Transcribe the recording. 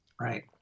Right